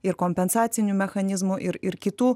ir kompensacinių mechanizmų ir ir kitų